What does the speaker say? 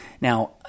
Now